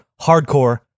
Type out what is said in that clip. hardcore